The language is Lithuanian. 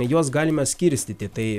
juos galime skirstyti tai